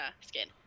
skin